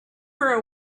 her